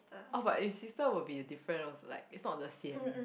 oh but his sister will be different also like it's not the Hsien